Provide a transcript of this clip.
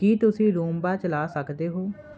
ਕੀ ਤੁਸੀਂ ਰੂਮਬਾ ਚਲਾ ਸਕਦੇ ਹੋ